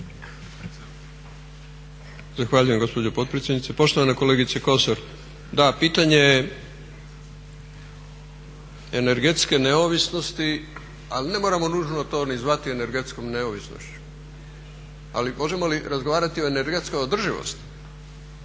Zahvaljujem gospođo potpredsjednice. Poštovana kolegice Kosor, da, pitanje energetske neovisnosti, ali ne moramo nužno to ni zvati energetskom neovisnošću ali možemo li razgovarati o energetskoj održivosti